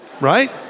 right